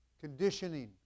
Conditioning